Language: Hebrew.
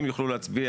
הם יוכלו להצביע,